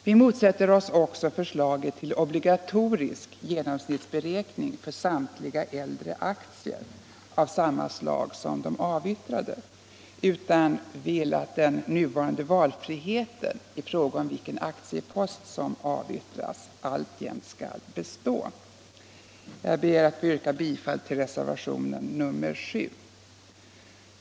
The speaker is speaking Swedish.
Vi motsätter oss också förslaget till obligatorisk genomsnittsberäkning för samtliga äldre aktier av samma slag som de avyttrade: Vi vill alltså att den nuvarande valfriheten i fråga om vilken aktiepost som avyttras alltjämt skall bestå. Jag ber att få yrka bifall till reservationen 7.